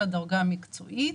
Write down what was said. לדרגה מקצועית,